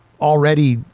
already